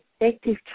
effective